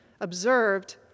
observed